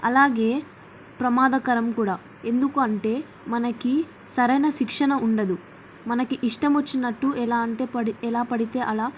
అలాగే ప్రమాదకరం కూడా ఎందుకు అంటే మనకి సరైన శిక్షణ ఉండదు మనకి ఇష్టం వచ్చినట్టు ఎలా అంటే పడి ఎలా పడితే అలా